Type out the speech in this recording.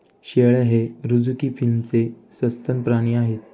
शेळ्या हे रझुकी फिलमचे सस्तन प्राणी आहेत